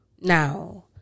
Now